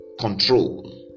control